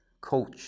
coach